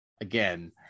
again